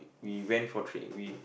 we went for trai~ we